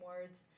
words